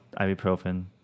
ibuprofen